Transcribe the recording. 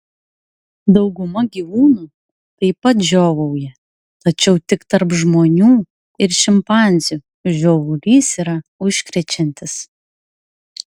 dauguma gyvūnų taip pat žiovauja tačiau tik tarp žmonių ir šimpanzių žiovulys yra užkrečiantis